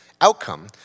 outcome